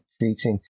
creating